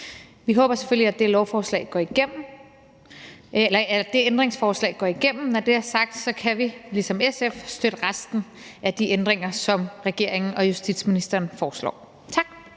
Vi håber selvfølgelig, at det ændringsforslag går igennem. Når det er sagt, kan vi ligesom SF støtte resten af de ændringer, som regeringen og justitsministeren foreslår. Tak.